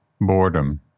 Boredom